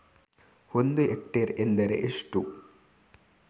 ಒಂದು ಹೆಕ್ಟೇರ್ ಎಂದರೆ ಎಷ್ಟು?